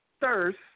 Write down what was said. thirst